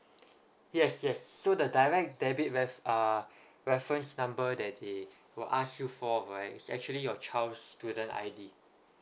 yes yes so the direct debit ref uh reference number that they will ask you for right it's actually your child's student I_D